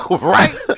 right